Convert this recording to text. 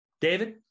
David